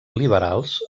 liberals